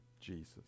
Jesus